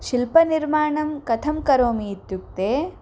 शिल्पनिर्माणं कथं करोमि इत्युक्ते